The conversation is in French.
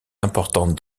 importante